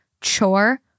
chore